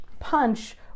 punch